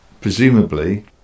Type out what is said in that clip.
presumably